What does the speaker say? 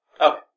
Okay